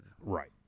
Right